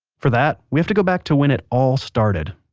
for that, we have to go back to when it all started